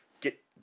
get